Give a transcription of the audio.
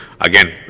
Again